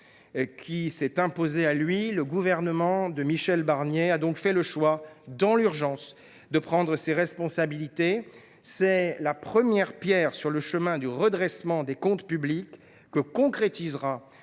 qui s’impose à lui, le gouvernement de Michel Barnier a donc fait le choix, dans l’urgence, de prendre ses responsabilités. C’est la première pierre sur le chemin du redressement des comptes publics, que concrétisera